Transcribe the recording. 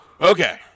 Okay